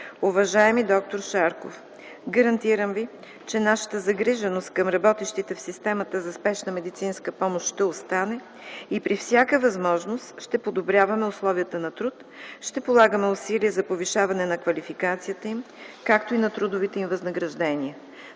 Уважаеми д-р Шарков, гарантирам Ви, че нашата загриженост към работещите в системата за спешна медицинска помощ ще остане и при всяка възможност ще подобряваме условията на труд, ще полагаме усилия за повишаване на квалификацията им, както и на трудовите им възнаграждения.